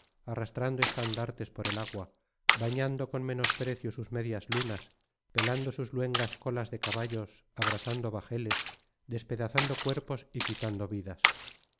arrastrando estandartes por el agua bañando con menosprecio sus medias lunas pelando sus luengas colas de caballos abrasando bajeles despedazando cuerpos y quitando vidas